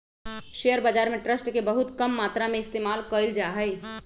share बाजार में trust के बहुत कम मात्रा में इस्तेमाल कइल जा हई